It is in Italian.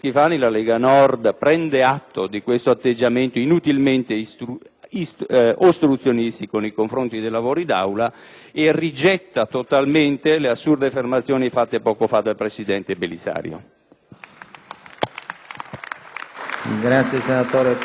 ostruzionistico nei confronti dei lavori d'Aula e rigetta totalmente le assurde affermazioni testé rese dal presidente Belisario.